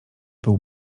był